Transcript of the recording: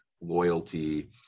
loyalty